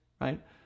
right